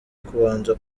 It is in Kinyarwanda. kubanza